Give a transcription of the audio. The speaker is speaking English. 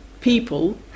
people